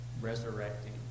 resurrecting